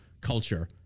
culture